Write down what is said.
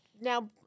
now